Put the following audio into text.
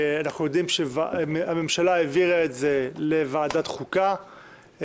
אנחנו יודעים שהממשלה העבירה את זה לוועדת חוקה,